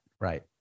right